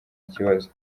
kibazo